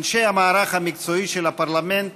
אנשי המערך המקצועי של הפרלמנט